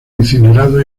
incinerados